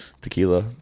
Tequila